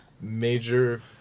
major